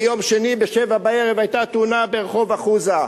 ביום שני ב-19:00 היתה תאונה ברחוב אחוזה.